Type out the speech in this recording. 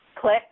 Click